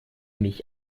mich